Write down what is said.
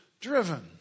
driven